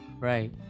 Right